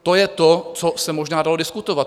To je to, co se možná dalo diskutovat.